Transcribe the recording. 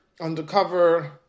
undercover